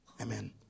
Amen